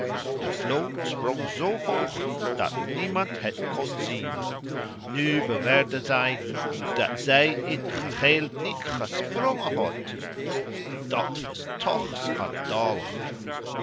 de vloo sprong zoo hoog dat niemand het kon zien nu beweerden zij dat zij in t geheel niet gesprongen had dat was toch